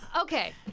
Okay